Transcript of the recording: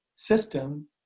system